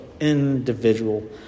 individual